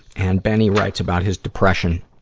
and benny writes about his depression